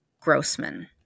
Grossman